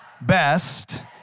best